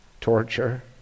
torture